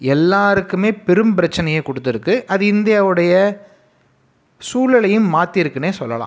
எல்லாருக்குமே பெரும் பிரச்சினைய கொடுத்துருக்கு அது இந்தியாவுடைய சூழலையும் மாத்திருக்குன்னே சொல்லலாம்